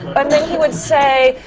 but then he would say,